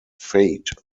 fate